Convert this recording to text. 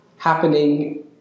happening